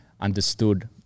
understood